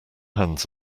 hands